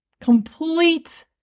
complete